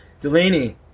Delaney